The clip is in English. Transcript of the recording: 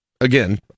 Again